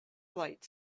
flight